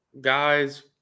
guys